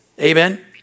Amen